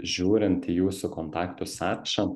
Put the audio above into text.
žiūrint į jūsų kontaktų sąrašą